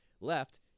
left